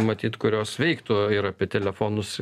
matyt kurios veiktų ir apie telefonus